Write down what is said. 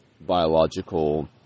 biological